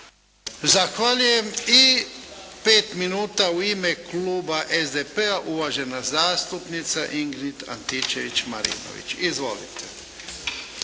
Zahvaljujem. I 5 minuta u ime kluba SDP-a, uvažena zastupnica Ingrid Antičević-Marinović. Izvolite.